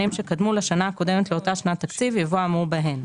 שקדמו לשנה הקודמת לאותה שנת תקציב יבוא האמור בהן: